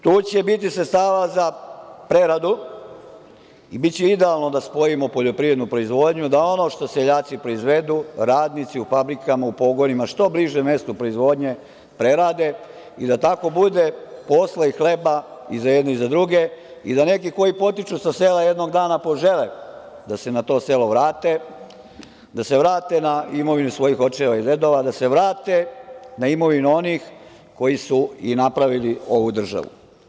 Tu će biti sredstava za preradu i biće idealno da spojimo poljoprivrednu proizvodnju, da ono što seljaci proizvedu, radnici u fabrikama, u pogonima što bliže mestu proizvodnje prerade i da tako bude posla i hleba i za jedne i za druge i da neki koji potiču sa sela jednog dana požele da se na to selo vrate, da se vrate na imovinu svojih očeva i dedova, da se vrate na imovinu onih koji su i napravili ovu državu.